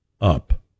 up